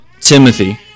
Timothy